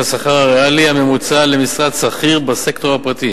השכר הריאלי הממוצע למשרת שכיר בסקטור הפרטי,